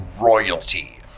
royalty